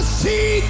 see